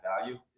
value